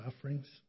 offerings